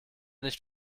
nicht